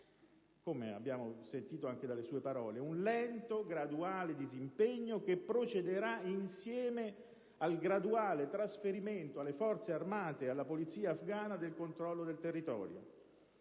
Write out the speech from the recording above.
come abbiamo sentito anche dalle sue parole, signor Ministro - un lento e graduale disimpegno che procederà insieme al graduale trasferimento alle Forze armate e alla polizia afgana del controllo del territorio.